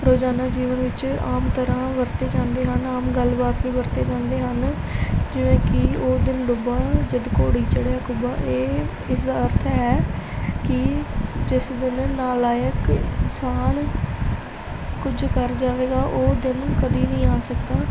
ਰੋਜ਼ਾਨਾ ਜੀਵਨ ਵਿੱਚ ਆਮ ਤਰ੍ਹਾਂ ਵਰਤੇ ਜਾਂਦੇ ਹਨ ਆਮ ਗੱਲਬਾਤ ਲਈ ਵਰਤੇ ਜਾਂਦੇ ਹਨ ਜਿਵੇਂ ਕਿ ਉਹ ਦਿਨ ਡੁੱਬਾ ਜਦੋਂ ਘੋੜੀ ਚੜਿਆ ਕੁੱਬਾ ਇਹ ਇਸ ਦਾ ਅਰਥ ਹੈ ਕਿ ਜਿਸ ਦਿਨ ਨਲਾਇਕ ਇਨਸਾਨ ਕੁਝ ਕਰ ਜਾਵੇਗਾ ਉਹ ਦਿਨ ਕਦੇ ਨਹੀਂ ਆ ਸਕਦਾ